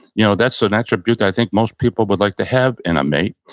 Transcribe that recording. you know that's an attribute that i think most people would like to have in a mate.